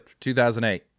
2008